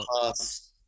past